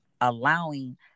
allowing